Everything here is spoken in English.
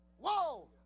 Whoa